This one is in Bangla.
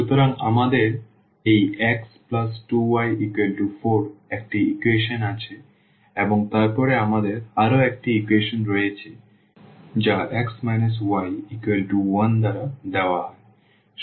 সুতরাং আমাদের এই 𝑥2𝑦 4 একটি ইকুয়েশন আছে এবং তারপরে আমাদের আরও একটি ইকুয়েশন রয়েছে যা x y1 দ্বারা দেওয়া হয়